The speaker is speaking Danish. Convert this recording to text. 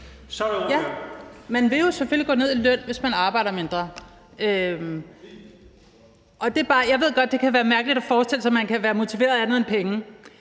man vil jo selvfølgelig gå ned i løn, hvis man arbejder mindre. Og jeg ved godt, det kan være mærkeligt at forestille sig, at man kan være motiveret af andet end penge.